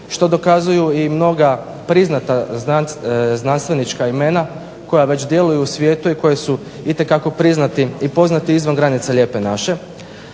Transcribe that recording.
što dokazuju mnoga priznata znanstvenička imena koja već djeluju u svijetu i koja su itekako priznati i poznati izvan granica Lijepe naše.